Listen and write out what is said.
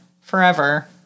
Forever